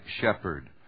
shepherd